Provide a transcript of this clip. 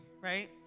right